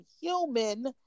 human